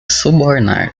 subornar